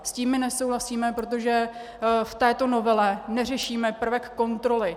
S tím my nesouhlasíme, protože v této novele neřešíme prvek kontroly.